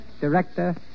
director